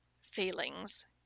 feelings